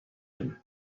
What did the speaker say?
him